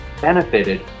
benefited